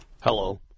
Hello